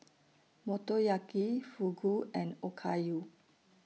Motoyaki Fugu and Okayu